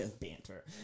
Banter